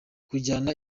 kujyana